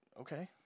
Okay